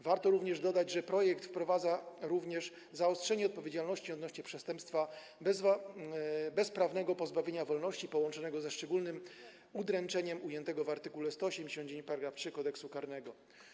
Warto również dodać, że projekt wprowadza również zaostrzenie odpowiedzialności odnośnie do przestępstwa bezprawnego pozbawienia wolności połączonego ze szczególnym udręczeniem ujętego w art. 189 § 3 Kodeksu karnego.